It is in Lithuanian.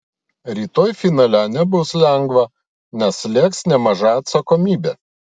rytoj finale nebus lengva nes slėgs nemaža atsakomybė